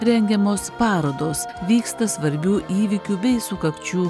rengiamos parodos vyksta svarbių įvykių bei sukakčių